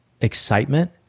excitement